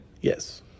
Yes